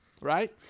right